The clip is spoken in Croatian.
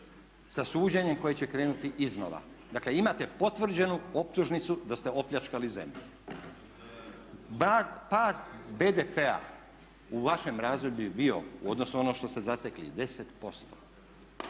sa suđenjem koje će krenuti iznova. Dakle, imate potvrđenu optužnicu da ste opljačkali zemlju. Pad BDP-a u vašem razdoblju je bio u odnosu na ono što ste zatekli 10%.